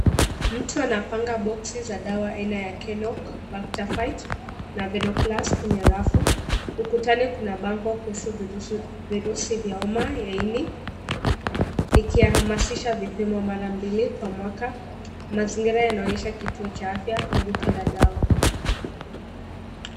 Mtu anapanga boksi za dawa aina ya Kenoc, Bactaphite, na Venoplas kwenye rafu. Ukutani kuna bango kuhusu virusi vya homa, ya ini, ikihamasisha vipimo mara mbili kwa mwaka. Mazingira yanaonyesha kituo cha afya au duka ya dawa.